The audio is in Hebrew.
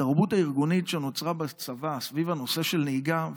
בתרבות הארגונית שנוצרה בצבא סביב הנושא של נהיגה,